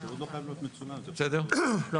רק